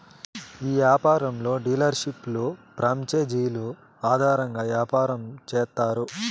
ఈ యాపారంలో డీలర్షిప్లు ప్రాంచేజీలు ఆధారంగా యాపారం చేత్తారు